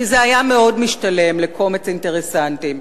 כי זה היה מאוד משתלם לקומץ אינטרסנטים,